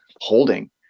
holding